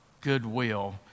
goodwill